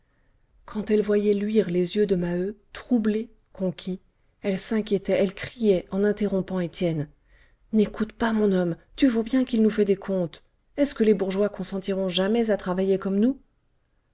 quand elle voyait luire les yeux de maheu troublé conquis elle s'inquiétait elle criait en interrompant étienne n'écoute pas mon homme tu vois bien qu'il nous fait des contes est-ce que les bourgeois consentiront jamais à travailler comme nous